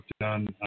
done